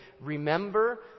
remember